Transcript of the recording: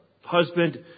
husband